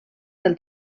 del